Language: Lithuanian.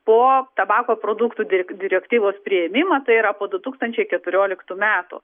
po tabako produktų direk direktyvos priėmimą tai yra po du tūkstančiai keturioliktų metų